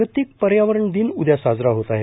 जागतिक पर्यावरण दिन उद्या साजरा होत आहे